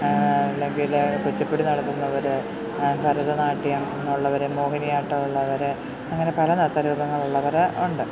അല്ലെങ്കിൽ കുച്ചിപ്പുടി നടത്തുന്നവർ ഭരതനാട്യം ഉള്ളവർ മോഹിനിയാട്ടമുള്ളവർ അങ്ങനെ പല നൃത്ത രൂപങ്ങളുള്ളവർ ഉണ്ട്